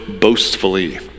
boastfully